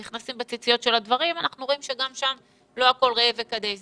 נכנסים בציציות של הדברים אנחנו רואים שגם שם לא הכול כזה ראה וקדש,